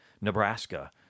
Nebraska